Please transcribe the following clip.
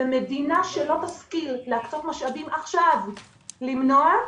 ומדינה שלא תשכיל להקצות משאבים עכשיו למנוע,